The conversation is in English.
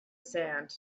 sand